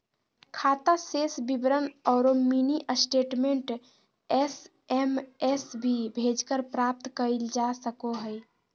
खाता शेष विवरण औरो मिनी स्टेटमेंट एस.एम.एस भी भेजकर प्राप्त कइल जा सको हइ